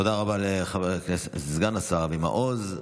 תודה רבה לסגן השר אבי מעוז.